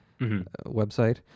website